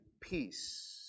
peace